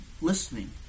listening